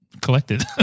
collected